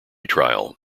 trial